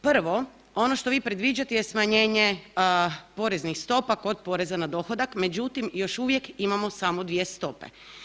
Prvo, ono što vi predviđate je smanjenje poreznih stopa kod porezna na dohodak, međutim, još uvijek imamo samo dvije stope.